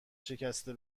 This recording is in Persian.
شکسته